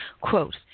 Quote